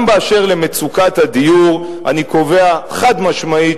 גם באשר למצוקת הדיור אני קובע חד-משמעית